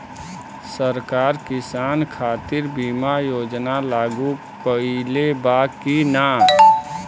सरकार किसान खातिर बीमा योजना लागू कईले बा की ना?